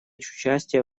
участие